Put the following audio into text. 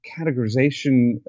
categorization